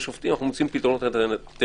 השופטים אנחנו מוצאים פתרונות אלטרנטיביים.